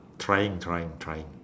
trying trying trying